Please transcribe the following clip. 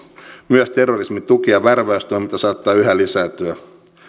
myös terrorismin tuki ja värväystoiminta saattaa yhä lisääntyä